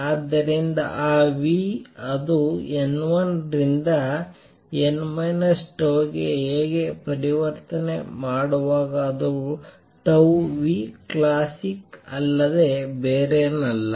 ಆದ್ದರಿಂದ ಆ ಅದು n1 ರಿಂದ n τ ಗೆ ಪರಿವರ್ತನೆ ಮಾಡುವಾಗ ಅದು classical ಅಲ್ಲದೆ ಬೇರೇನಲ್ಲ